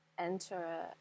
enter